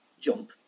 jump